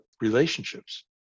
relationships